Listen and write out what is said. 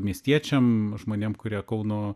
miestiečiam žmonėm kurie kauno